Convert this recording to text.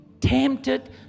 tempted